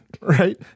right